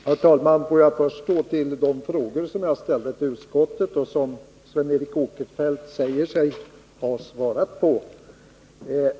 Herr talman! Får jag först ta upp de frågor som jag ställde till utskottet och som Sven Eric Åkerfeldt säger sig ha svarat på.